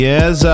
Yes